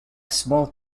small